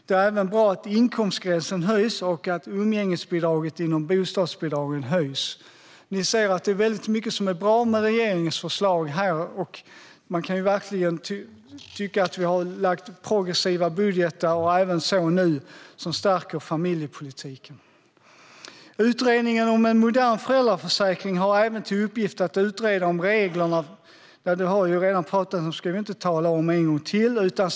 Det är även bra att inkomstgränsen höjs och att umgängesbidraget inom bostadsbidraget höjs. Ni ser att det är mycket som är bra med regeringens förslag. Man kan verkligen tycka att regeringen har lagt fram progressiva budgetar - och det har skett även nu - som stärker familjepolitiken.